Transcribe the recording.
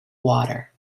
water